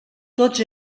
tots